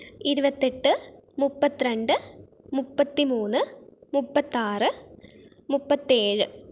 ഇരുപത്തിയെട്ട് മുപ്പത്തി രണ്ട് മുപ്പത്തി മൂന്ന് മുപ്പത്താറ് മുപ്പത്തേഴ്